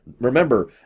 Remember